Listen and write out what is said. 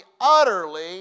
utterly